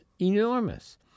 enormous